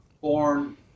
born